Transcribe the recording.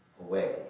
away